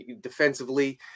defensively